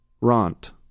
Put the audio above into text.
Rant